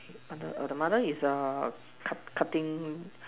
or the or the mother is err cut cutting